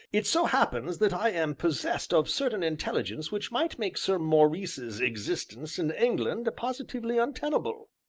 it so happens that i am possessed of certain intelligence which might make sir maurice's existence in england positively untenable.